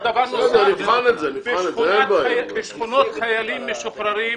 דבר נוסף, בשכונות חיילים משוחררים,